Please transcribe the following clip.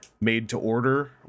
made-to-order